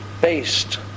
based